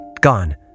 gone